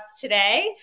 today